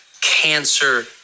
Cancer